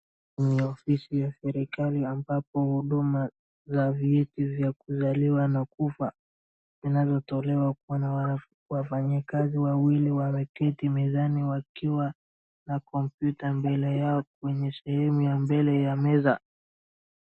Kwenye ofisi ya serikali ambapo huduma za vyeti vya kuzaliwa na kufa zinazotolewa Kuna wafanya kazi wawili wameketi mezani wakiwa na computer mbele yao kwenye sehemu ya mbele ya meza